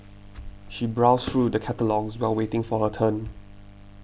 she browsed through the catalogues while waiting for her turn